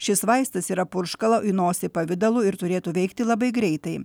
šis vaistas yra purškalo į nosį pavidalu ir turėtų veikti labai greitai